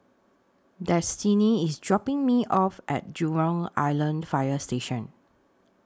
Destini IS dropping Me off At Jurong Island Fire Station